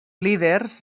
líders